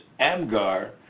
Amgar